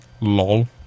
Lol